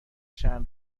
چند